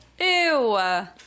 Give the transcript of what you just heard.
Ew